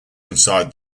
inside